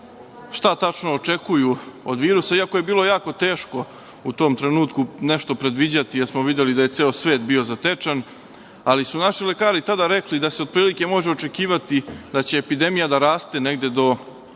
šta tačno očekuju od virusa, iako je bilo jako teško u tom trenutku nešto predviđati, jer smo videli da je ceo svet bio zatečen. Naši lekari su tada otprilike rekli da se može očekivati da će epidemija da raste negde do